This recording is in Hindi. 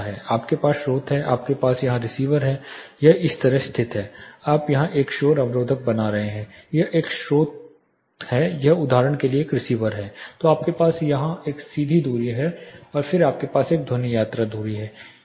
आपके पास स्रोत है आपके पास यहां रिसीवर है यह इस तरह स्थित है आप यहां एक शोर अवरोधक बना रहे हैं यह एक स्रोत है यह उदाहरण के लिए एक रिसीवर है तो आपके पास यहां एक सीधी दूरी है और फिर आपके पास एक ध्वनि यात्रा दूरी है